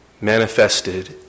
manifested